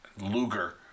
Luger